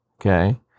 Okay